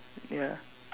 ya